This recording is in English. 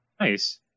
Nice